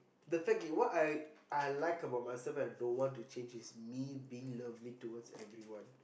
the fact is what I I like about myself I don't want to change is me being lovely towards everyone